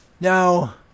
Now